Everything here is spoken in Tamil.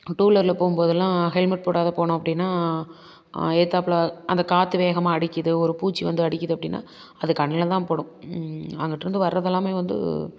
டூவீலரில் போகும்போது எல்லாம் ஹெல்மட் போடாத போனோம் அப்படின்னா எதுத்தாப்பில அந்த காற்று வேகமாக அடிக்குது ஒரு பூச்சி வந்து அடிக்குது அப்படின்னா அது கண்ணில் தான் படும் அங்கிட்டுருந்து வரதெல்லாமே வந்து